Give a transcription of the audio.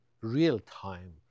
real-time